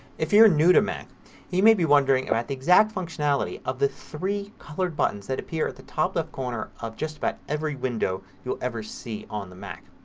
if you're new to mac you may be wondering about the exact functionality of the three colored buttons that appear at the top left corner of just about every window you'll ever see on the mac.